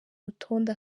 rutonde